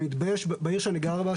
אני מתבייש בעיר שאני גר בה,